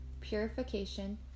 purification